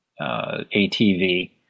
ATV